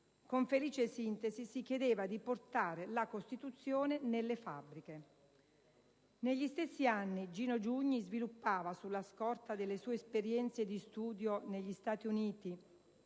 Con felice sintesi si chiedeva di portare la «Costituzione nelle fabbriche». Negli stessi anni Gino Giugni sviluppava, sulla scorta delle sue esperienze di studio negli Stati Uniti,